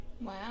Wow